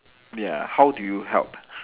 ya how do you help